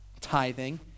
tithing